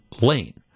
lane